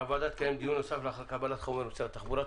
הוועדה תקיים דיון נוסף לאחר קבלת חומר ממשרד התחבורה.